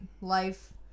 life